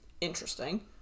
Interesting